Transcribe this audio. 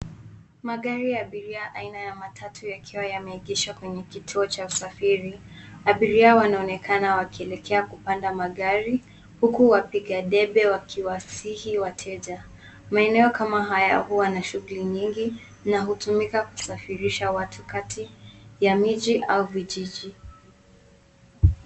Magari ya abiria aina ya matatu yakiwa yameegeshwa kwenye kituo cha usafiri. Abiria wanaonekana wakielekea kupanda magari huku wapiga debe wakiwasihi wateja. Maeneo kama haya huwa na shughuli nyingi na hutumika kusafirisha watu kati ya miji au vijiji.